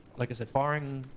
like i said barring,